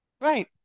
right